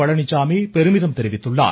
பழனிசாமி பெருமிதம் தெரிவித்துள்ளார்